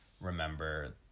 remember